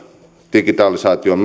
digitalisaation